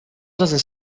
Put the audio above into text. doesn’t